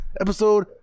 episode